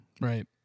Right